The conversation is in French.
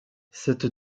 cette